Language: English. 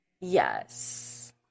Yes